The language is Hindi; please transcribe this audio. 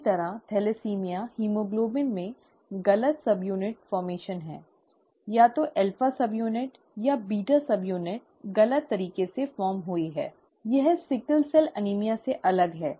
इसी तरह थैलेसीमिया हीमोग्लोबिन में गलत उप इकाई गठन है या तो अल्फा उप इकाई या बीटा उप इकाई गलत तरीके से बनी है यह सिकल सेल एनीमिया से अलग है